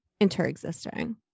interexisting